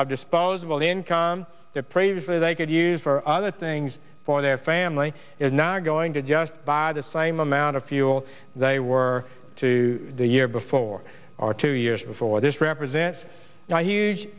of disposable income that previously they could use for other things for their family is not going to just bought the same amount of fuel they were to the year before or two years before this represents a huge